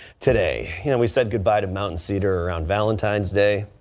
today yeah and we said goodbye to mountain cedar around valentine's day.